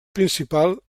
principal